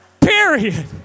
period